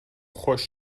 خوش